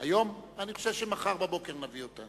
אני חושב שמחר בבוקר נביא אותה